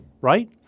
Right